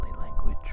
language